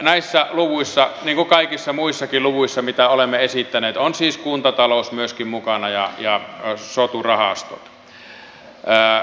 näissä luvuissa niin kuin kaikissa muissakin luvuissa mitä olemme esittäneet on siis kuntatalous myöskin mukana ja soturahasto